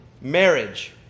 marriage